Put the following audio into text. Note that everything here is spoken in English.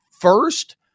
first